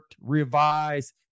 revised